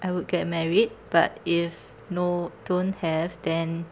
I would get married but if no don't have then